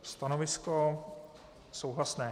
Stanovisko souhlasné.